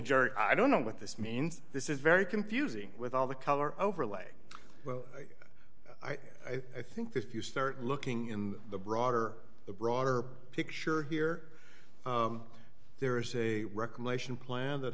jury i don't know what this means this is very confusing with all the color overlay i think that if you start looking in the broader the broader picture here there is a regulation plan that